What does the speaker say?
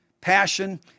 passion